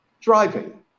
driving